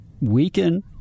weaken